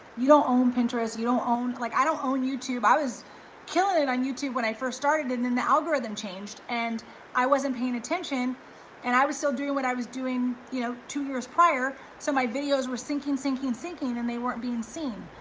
you don't own pinterest, you don't own, like, i don't own youtube. i was killing it on youtube when i first started and then the algorithm changed and i wasn't paying attention and i was still doing what i was doing, you know, two years prior, so my videos were sinking, sinking, sinking, and they weren't being seen.